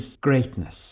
greatness